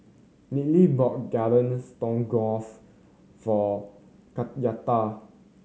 Nealy bought Garden Stroganoff for Kenyatta